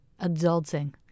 Adulting